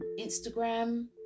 Instagram